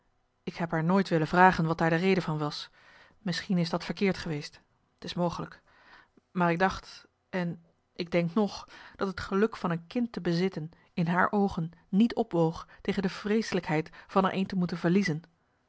ik heb haar nooit willen vragen wat daar de reden van was misschien is dat verkeerd geweest t is mogelijk maar ik dacht en ik denk nog dat het geluk van een kind te bezitten in haar oogen niet opwoog tegen de vreeselijkheid van er een te moeten verliezen